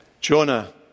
Jonah